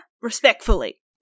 respectfully